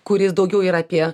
kuris daugiau yra apie